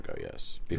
yes